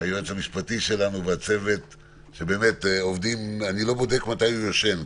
היועץ המשפטי שלנו וצוות העובדים אני לא בודק מתי הוא ישן,